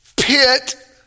pit